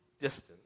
distance